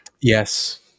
yes